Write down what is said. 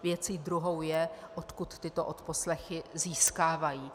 Věcí druhou je, odkud tyto odposlechy získávají.